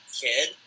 kid